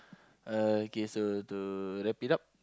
uh okay so to wrap it up